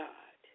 God